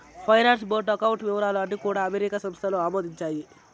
finance board account వివరాలు అన్నీ కూడా అమెరికా సంస్థలు ఆమోదించాయి